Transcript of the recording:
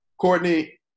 Courtney